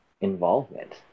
involvement